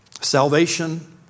Salvation